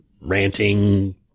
ranting